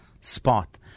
spot